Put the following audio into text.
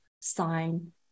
sign